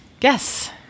Yes